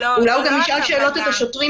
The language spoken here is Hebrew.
אולי הוא גם ישאל שאלות את השוטרים